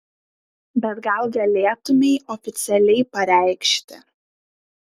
bet gal galėtumei oficialiai pareikšti